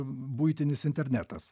buitinis internetas